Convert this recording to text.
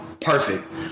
perfect